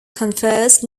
confers